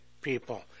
people